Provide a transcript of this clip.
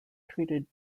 treated